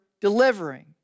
delivering